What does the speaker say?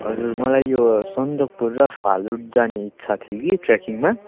हजुर मलाई यो सन्दकपुर र फालुट जाने इच्छा थियो कि ट्रेकिङमा